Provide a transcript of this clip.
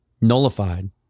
Nullified